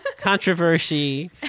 controversy